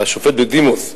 השופט בדימוס לינדנשטראוס,